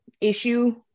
issue